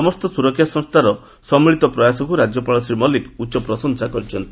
ସମସ୍ତ ସୁରକ୍ଷା ସଂସ୍ଥାର ସମ୍ମିଳିତ ପ୍ରୟାସକୁ ରାଜ୍ୟପାଳ ଶ୍ରୀ ମଲିକ ଉଚ୍ଚ ପ୍ରଶଂସା କରିଛନ୍ତି